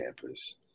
campus